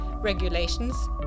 regulations